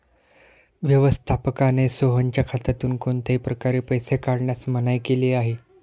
व्यवस्थापकाने सोहनच्या खात्यातून कोणत्याही प्रकारे पैसे काढण्यास मनाई केली आहे